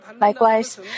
Likewise